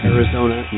Arizona